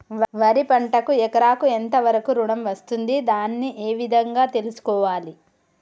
వరి పంటకు ఎకరాకు ఎంత వరకు ఋణం వస్తుంది దాన్ని ఏ విధంగా తెలుసుకోవాలి?